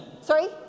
Sorry